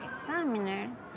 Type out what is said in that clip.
examiners